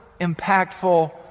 impactful